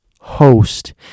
host